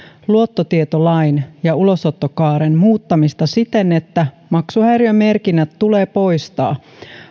luottotietolain ja ulosottokaaren muuttamista siten että maksuhäiriömerkinnät tulee poistaa